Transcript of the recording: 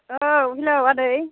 औ हेलौ आदै